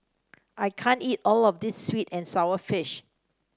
I can't eat all of this sweet and sour fish